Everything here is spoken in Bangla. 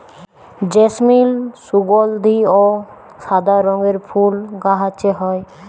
জেসমিল সুগলধি অ সাদা রঙের ফুল গাহাছে হয়